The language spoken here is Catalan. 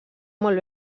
molt